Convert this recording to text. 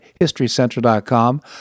historycentral.com